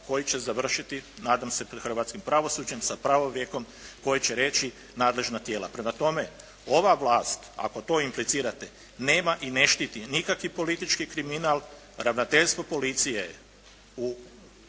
koji će završiti nadam se pred hrvatskim pravosuđem sa pravorijekom koji će reći nadležna tijela. Prema tome, ova vlast ako to implicirate nema i ne štiti nikakvi politički kriminal. Ravnateljstvo policije